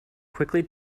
quickly